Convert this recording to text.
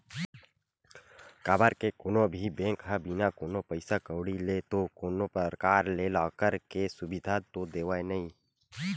काबर के कोनो भी बेंक ह बिना कोनो पइसा कउड़ी ले तो कोनो परकार ले लॉकर के सुबिधा तो देवय नइ